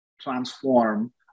transform